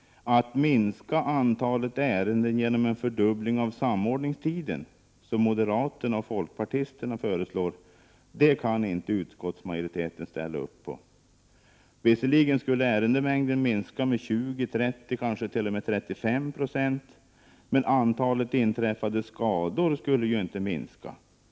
Att minska antalet ärenden genom en fördubbling av samordningstiden, som moderater och folkpartister föreslår, kan inte utskottsmajoriteten ställa sig bakom. Visserligen skulle ärendemängden minska med 20-30, kanske t.o.m. 35 26 , men antalet inträffade skador skulle ju inte minska.